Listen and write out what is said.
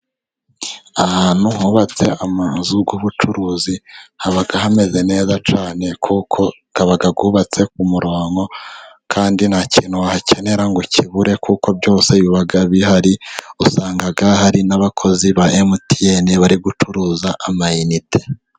Ahantu hubatse amazu y'ubucuruzi haba hameze neza cyane, kuko aba yubabatse ku murongo, kandi nta kintu wahakenera ngo ukibure, kuko byose biba bihari. Usanga hari n'abakozi ba MTN bari gucuruza amayinite.